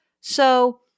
So-